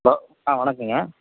hello ஆ வணக்கங்க